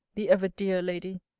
the ever-dear lady!